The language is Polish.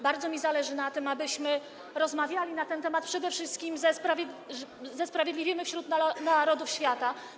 Bardzo mi zależy na tym, abyśmy rozmawiali na ten temat przede wszystkim ze Sprawiedliwymi wśród Narodów Świata.